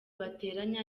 bateranye